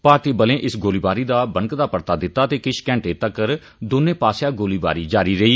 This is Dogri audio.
भारती बलें इस गोलीबारी दा बनकदा परता दित्ता ते किश घैंटें तगर दौने पास्सेआ गोलीबारी जारी रेई